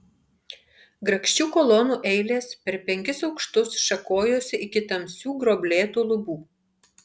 grakščių kolonų eilės per penkis aukštus šakojosi iki tamsių gruoblėtų lubų